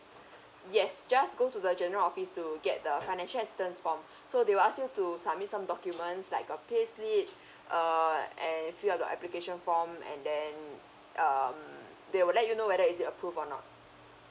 yes just go to the general office to get the financial assistance form so they will ask you to submit some documents like a payslip err and you fill up the application form and then um they will let you know whether is it approved or not